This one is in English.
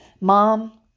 Mom